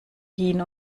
hin